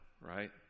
right